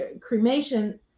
cremation